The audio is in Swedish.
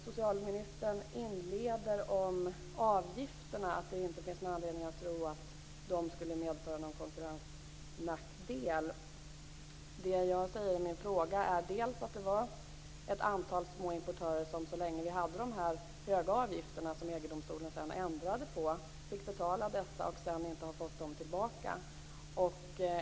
Socialministern inledde med att det inte finns någon anledning att tro att avgifterna skulle medföra någon konkurrensnackdel. Det jag säger i min interpellation är dels att det var ett antal små importörer som så länge vi hade de höga avgifterna, vilka EG domstolen sedan ändrade, fick betala dessa och sedan inte har fått dem tillbaka.